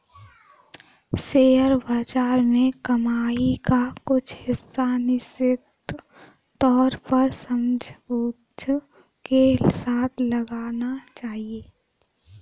share बाज़ार में कमाई का कुछ हिस्सा निश्चित तौर पर समझबूझ के साथ लगाना चहिये